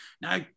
now